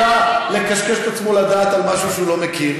שהוא לא עלה לקשקש את עצמו לדעת על משהו שהוא לא מכיר,